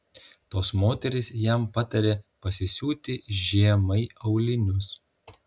tos moterys jam patarė pasisiūti žiemai aulinius